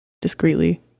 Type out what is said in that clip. discreetly